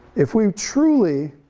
if we truly